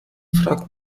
fragt